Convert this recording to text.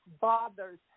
bothers